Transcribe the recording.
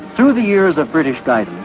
um the years of british guidance,